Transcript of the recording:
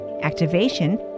activation